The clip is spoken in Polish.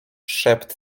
szept